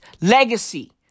legacy